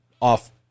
off